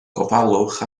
gofalwch